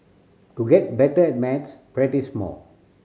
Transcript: to get better at maths practise more